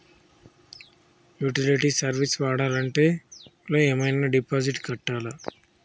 Utility service వాడాలంటే bank లో ఏమైనా డిపాజిట్ కట్టాలా?